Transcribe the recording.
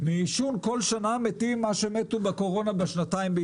מעישון מתים כל שנה כמו שמתו בקורונה בשנתיים.